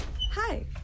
Hi